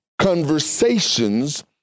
conversations